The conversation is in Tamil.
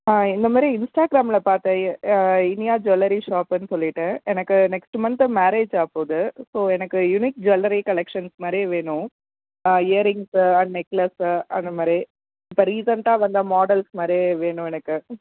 ஆ இந்தமாதிரி இன்ஸ்டாகிராம்ல பார்த்தேன் இனியா ஜுவெல்லரி ஷாப்புன்னு சொல்லிட்டு எனக்கு நெக்ஸ்ட் மந்த்து மேரேஜ் ஆகப்போகுது இப்போது எனக்கு யுனிக் ஜுவெல்லரி கலெக்ஷன்ஸ் மாதிரி வேணும் இயரிங்ஸு நெக்லஸு அந்தமாதிரி இப்போ ரீசெண்ட்டாக வந்த மாடெல்ஸ் மாதிரி வேணும் எனக்கு